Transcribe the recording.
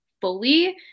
fully